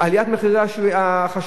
עליית מחירי החשמל,